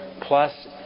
plus